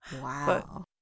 Wow